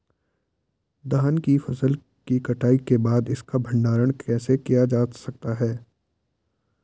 धान की फसल की कटाई के बाद इसका भंडारण कैसे किया जा सकता है?